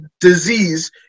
Disease